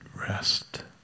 Rest